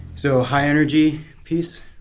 so high energy piece